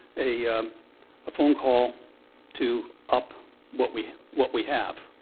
a phone call to up what we what we have.